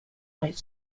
might